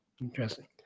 Interesting